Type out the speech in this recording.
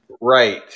right